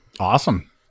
Awesome